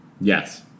Yes